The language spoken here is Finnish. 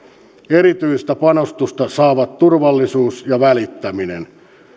erityistä panostusta saavat turvallisuus ja välittäminen